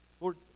Lord